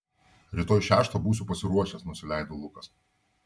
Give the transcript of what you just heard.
rytoj šeštą būsiu pasiruošęs nusileido lukas